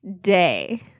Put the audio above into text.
day